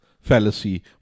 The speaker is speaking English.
fallacy